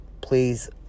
please